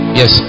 yes